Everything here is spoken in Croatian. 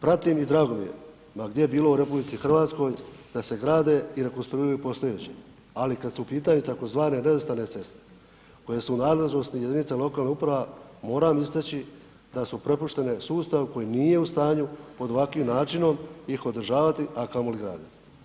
Pratim i drago mi je ma gdje bilo u RH da se grade i rekonstruiraju postojeće ali kad su u pitanju tzv. nerazvrstane ceste koje su u nadležnosti jedinica lokalnih uprava, moram istaći da su prepuštene sustavu koji nije u stanju pod ovakvim načinom iz održavati a kamoli graditi.